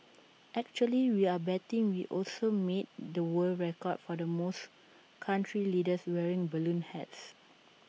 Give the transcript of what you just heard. actually we're betting we also made the world record for the most country leaders wearing balloon hats